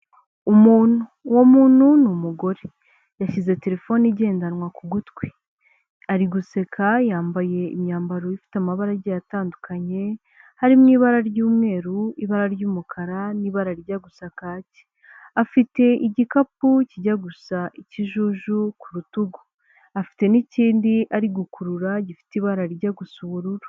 Umuntu, uwo muntu ni umugore yashyize telefone igendanwa ku gutwi ari guseka yambaye imyambaro ifite amabara agiye atandukanye, harimo ibara ry'umweru, ibara ry'umukara n'ibarajya rijya gusa kake, afite igikapu kijya gusa ikijuju ku rutugu afite n'ikindi ari gukurura gifite ibara rijya gusa ubururu.